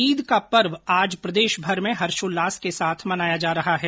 ईद का पर्व आज प्रदेशभर में हर्षोल्लास के साथ मनाया जा रहा है